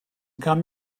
come